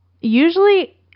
usually